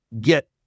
get